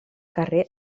carrer